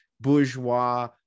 bourgeois